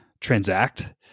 transact